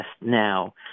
now